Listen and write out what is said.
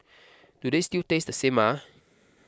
do they still taste the same ah